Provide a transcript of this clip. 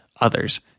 others